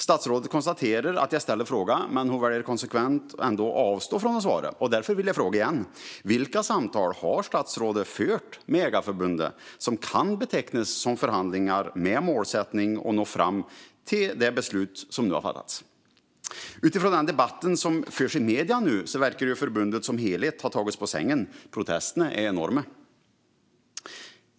Statsrådet konstaterar att jag ställer frågan, men hon väljer konsekvent att avstå från att svara. Därför frågar jag igen: Vilka samtal har statsrådet fört med Jägareförbundet som kan betecknas som förhandlingar med målsättning att nå fram till det beslut som nu fattats? Utifrån den debatt som förs i medierna verkar förbundet som helhet ha tagits på sängen. Protesterna är enorma.